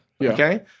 Okay